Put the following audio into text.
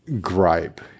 gripe